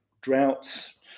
droughts